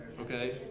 Okay